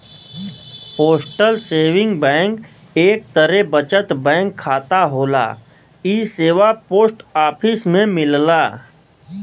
postal saving bank एक तरे बचत बैंक खाता होला इ सेवा पोस्ट ऑफिस में मिलला